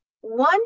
one